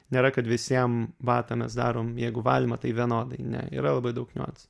nėra kad visiem batam mes darom jeigu valymą tai vienodai ne yra labai daug niuansų